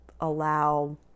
allow